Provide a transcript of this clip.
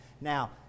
Now